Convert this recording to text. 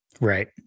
Right